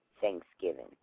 Thanksgiving